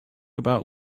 about